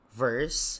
verse